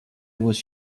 was